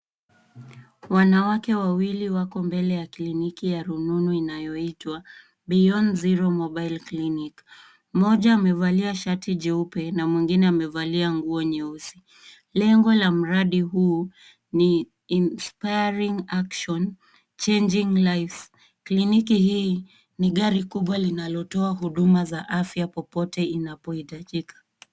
Wanawake wawili wako mbele ya kliniki ya rununu inayoitwa Beyond Zero Mobile Clinic . Mmoja amevalia shati jeupe na mwingine amevalia nguo nyeusi. Lengo la mradi huu ni inspiring action, changing lives . Kliniki hii ni gari kubwa linalotoa huduma za afya popote inapohitajika.